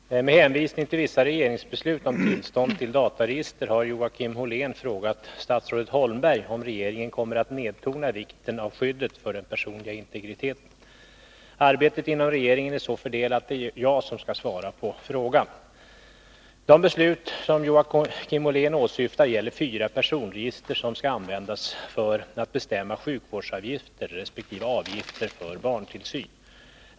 Fru talman! Med hänvisning till vissa regeringsbeslut om tillstånd till dataregister har Joakim Ollén frågat statsrådet Holmberg om regeringen kommer att nedtona vikten av skyddet för den personliga integriteten. Arbetet inom regeringen är så fördelat att det är jag som skall svara på frågan. De beslut Joakim Ollén åsyftar gäller fyra personregister som skall användas för att bestämma sjukvårdsavgifter resp. avgifter för barntillsyn.